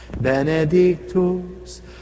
benedictus